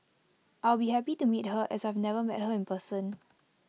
I'll be happy to meet her as I've never met her in person